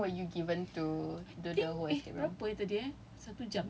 but then how long were you given to do the escape room